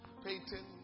Peyton